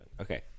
Okay